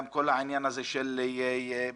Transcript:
גם כל העניין הזה של מח"ש,